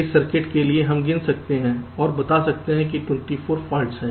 इसलिए इस सर्किट के लिए हम गिन सकते हैं और बता सकते हैं कि 24 फाल्ट हैं